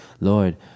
Lord